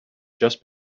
just